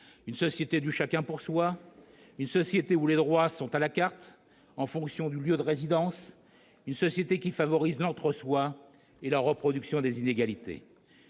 une société du chacun pour soi, une société où les droits sont à la carte, changeant au gré du lieu de résidence, une société qui favorise l'« entre soi » et la reproduction des inégalités.